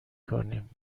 کنیم